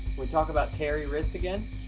talk about terry wriste again? i